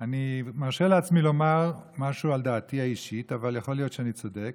אני מרשה לעצמי לומר משהו על דעתי האישית אבל יכול להיות שאני צודק,